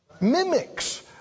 Mimics